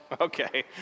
Okay